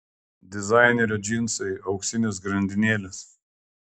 dizainerio džinsai auksinės grandinėlės